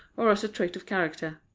or as a trait of character.